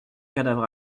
cadavre